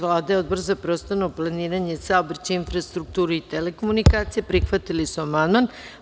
Vlada i Odbor za prostorno planiranje, saobraćaj, infrastrukturu i telekomunikacije prihvatili su amandman.